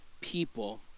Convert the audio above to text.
people